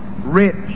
rich